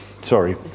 Sorry